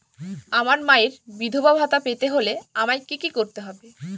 আমার মায়ের বিধবা ভাতা পেতে হলে আমায় কি কি করতে হবে?